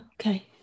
Okay